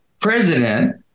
president